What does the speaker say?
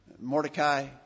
Mordecai